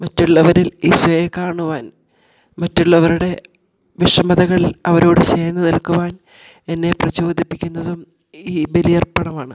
മറ്റുള്ളവരിൽ ഈശോയെ കാണുവാൻ മറ്റുള്ളവരുടെ വിഷമതകളിൽ അവരോട് ചേർന്ന് നിൽക്കുവാൻ എന്നെ പ്രചോദിപ്പിക്കുന്നതും ഈ ബലിയർപ്പണമാണ്